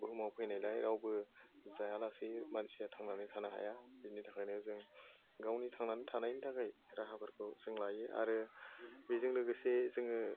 बुहुमआव फैनायलाय रावबो जायालासेयै मानसिया थांनानै थानो हाया बिनि थाखायनो जों गावनि थांनानै थानायनि थाखाय राहाफोरखौ जों लायो आरो बेजों लोगोसे जोङो